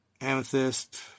Amethyst